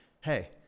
hey